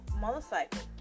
motorcycle